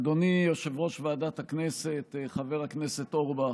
אדוני יושב-ראש ועדת הכנסת, חבר הכנסת אורבך,